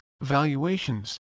valuations